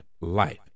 Life